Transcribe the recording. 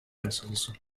vessels